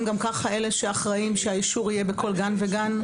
אלה שאחראים שהאישור יהיה בכל גן וגן?